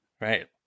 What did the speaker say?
Right